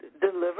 deliver